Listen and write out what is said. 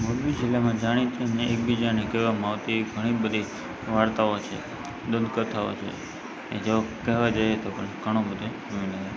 મોરબી જિલ્લામાં જાણીતી અને એકબીજાને કહેવામાં આવતી ઘણી બધી વાર્તાઓ છે દંતકથાઓ છે જેઓ કહેવા જઈએ તો ઘણી બધી અને